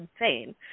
insane